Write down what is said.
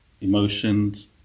emotions